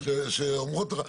שאומרות ככה: